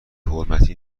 حرمتی